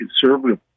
conservative